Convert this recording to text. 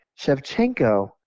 Shevchenko